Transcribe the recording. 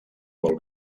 molt